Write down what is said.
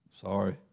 Sorry